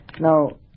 now